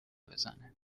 بزنه